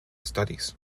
studies